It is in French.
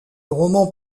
romans